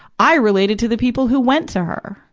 i related to the people who went to her,